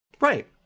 Right